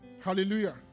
Hallelujah